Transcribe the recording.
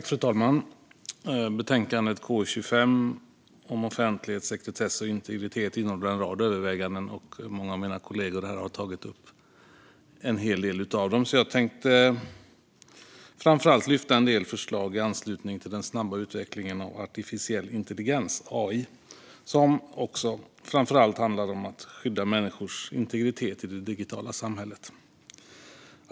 Fru talman! Betänkandet KU25 om offentlighet, sekretess och integritet innehåller en rad överväganden, och många av mina kollegor har tagit upp en hel del av dem. Jag tänkte framför allt lyfta fram en del förslag i anslutning till den snabba utvecklingen av artificiell intelligens, AI, som särskilt handlar om att skydda människors integritet i det digitala samhället.